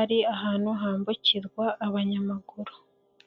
ari ahantu hambukirwa abanyamaguru.